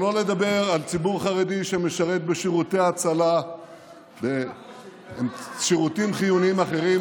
שלא לדבר על ציבור חרדי שמשרת בשירותי ההצלה ובשירותים חיוניים אחרים,